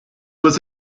was